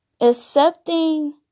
Accepting